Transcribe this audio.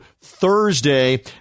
THURSDAY